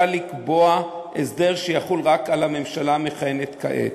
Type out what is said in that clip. לקבוע הסדר שיחול רק על הממשלה המכהנת כעת.